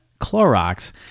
Clorox